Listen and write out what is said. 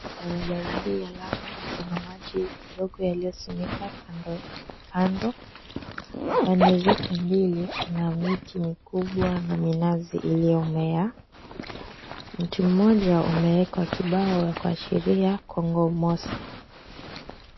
Barabara hii ya lami iko na maji kidogo yaliyosanyika kando kando. Upande zote mbili kuna miti mikubwa na minazi iliyomea. Mti mmoja umeekwa kibao ya kuashiria Kongo Mosque.